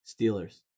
Steelers